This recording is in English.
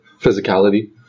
physicality